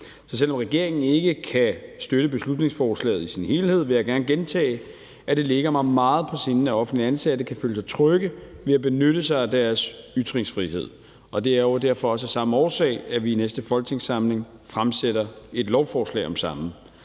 Så selv om regeringen ikke kan støtte beslutningsforslaget i sin helhed, vil jeg gerne gentage, at det ligger mig meget på sinde, at offentligt ansatte kan føle sig trygge ved at benytte sig af deres ytringsfrihed, og at vi jo derfor også af samme årsag i næste folketingssamling fremsætter et lovforslag om det samme.